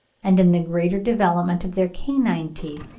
and in the greater development of their canine teeth,